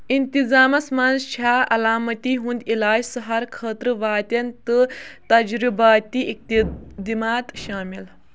اِنتِظامَس منٛز چھا عَلامٔتی ہُنٛد علاج سَہارٕ خٲطرٕ واتَن تہٕ تجرُبٲتی اِقتِدِمات شٲمِل